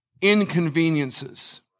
inconveniences